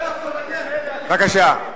בבקשה.